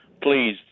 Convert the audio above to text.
Please